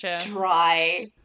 dry